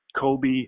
Kobe